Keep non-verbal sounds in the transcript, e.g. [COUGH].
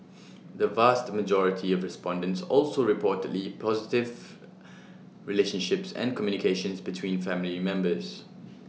[NOISE] the vast majority of respondents also reported positive relationships and communications between family members